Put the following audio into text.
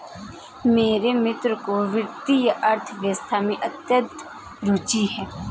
मेरे मित्र को वित्तीय अर्थशास्त्र में अत्यंत रूचि है